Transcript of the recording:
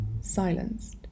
Silenced